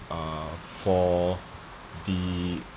uh for the